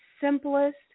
simplest